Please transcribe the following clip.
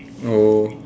oh